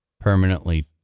permanently